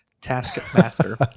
Taskmaster